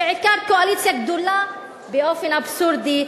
בעיקר קואליציה גדולה באופן אבסורדי.